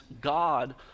God